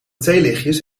theelichtjes